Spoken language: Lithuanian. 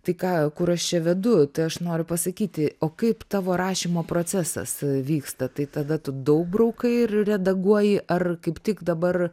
tai ką kur aš čia vedu tai aš noriu pasakyti o kaip tavo rašymo procesas vyksta tai tada tu daug braukai ir redaguoji ar kaip tik dabar